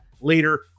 later